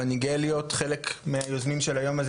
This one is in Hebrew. ואני גאה להיות חלק מהיוזמים של היום הזה,